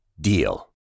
DEAL